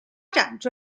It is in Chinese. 发展